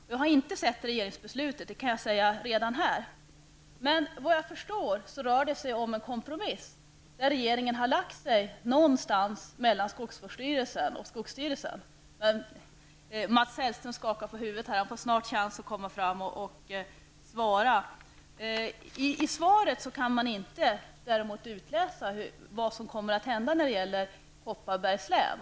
Jag har inte sett regeringsbeslutet, det kan jag säga redan här, men vad jag förstår rör det sig om en kompromiss, där regeringen har lagt sig någonstans mellan skogsvårdsstyrelsen och skogsstyrelsen. Mats Hellström skakar på huvudet, och han får snart chansen att komma fram och svara. I interpellationssvaret kan man däremot inte utläsa vad som kommer att hända när det gäller Kopparbergs län.